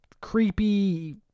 creepy